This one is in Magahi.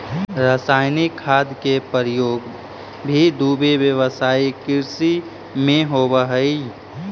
रसायनिक खाद के प्रयोग भी खुबे व्यावसायिक कृषि में होवऽ हई